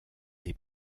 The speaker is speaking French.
des